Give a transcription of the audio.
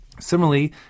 Similarly